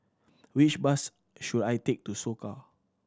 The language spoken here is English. which bus should I take to Soka